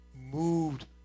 moved